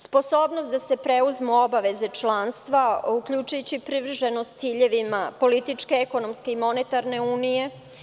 Sposobnost da se preduzmu obaveze članstva, uključujući privrženost ciljevima, političke, ekonomske, i monetarne unije.